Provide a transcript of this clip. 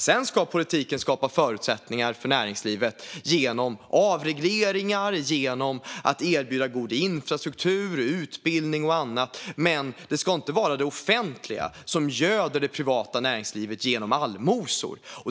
Sedan ska politiken skapa förutsättningar för näringslivet genom avregleringar, genom att erbjuda god infrastruktur och annat, men det ska inte vara det offentliga som göder det privata näringslivet genom allmosor.